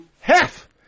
half